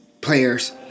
players